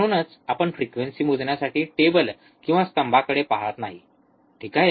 म्हणूनच आपण फ्रिक्वेंसी मोजण्यासाठी टेबल किंवा स्तंभाकडे पाहत नाही ठीक आहे